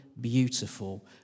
beautiful